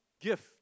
gift